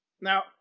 Now